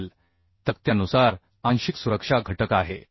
देखील तक्त्यानुसार आंशिक सुरक्षा घटक आहे